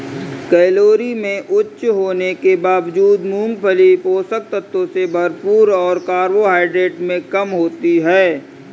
calorie में उच्च होने के बावजूद, मूंगफली पोषक तत्वों से भरपूर और कार्बोहाइड्रेट में कम होती है